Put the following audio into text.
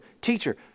Teacher